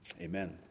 Amen